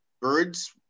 birds